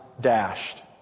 dashed